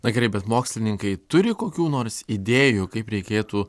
na gerai bet mokslininkai turi kokių nors idėjų kaip reikėtų